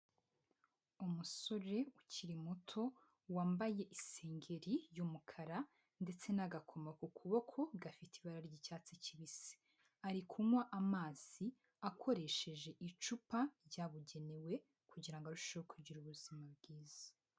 Umusore ukiri muto wambaye isengegeri y'umukara ndetse n'agakoma ku kuboko gafite ibara ry'icyatsi kibisi ari kunywa amazi akoresheje icupa ryabugenewe kugira ngo arusheho kugira ubuzima bwiza.